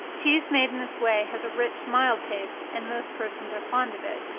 cheese made in this way has a rich, mild taste, and most persons are fond of it.